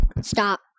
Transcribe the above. stop